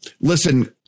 Listen